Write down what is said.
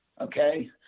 okay